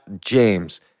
james